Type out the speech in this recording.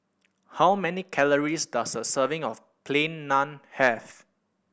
how many calories does a serving of Plain Naan have